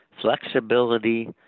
flexibility